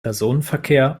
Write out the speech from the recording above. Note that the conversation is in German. personenverkehr